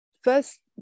first